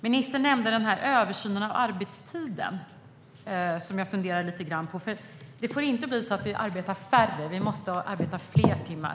Ministern nämnde översynen av arbetstiden. Det får ju inte bli så att vi arbetar färre timmar, utan vi måste arbeta fler timmar.